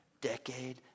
Decade